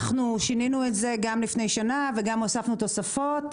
אנחנו שינינו את זה גם לפני שנה וגם הוספנו תוספות,